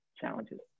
challenges